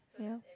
ya